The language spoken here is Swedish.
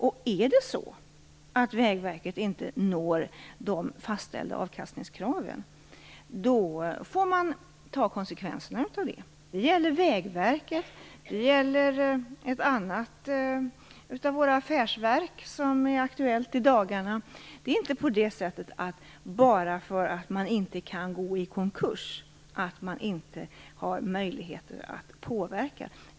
Om Vägverket inte når de fastställda avkastningskraven får man ta konsekvenserna av det. Det gäller Vägverket, och det gäller ett annat av våra affärsverk som är aktuellt i dagarna. Det är inte på det sättet att man inte har möjligheter att påverka bara därför att man inte kan gå i konkurs.